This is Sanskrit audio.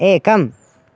एकम्